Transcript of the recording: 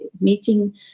meeting